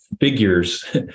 figures